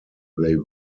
they